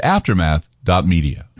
Aftermath.media